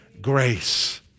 grace